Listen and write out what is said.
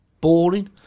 Boring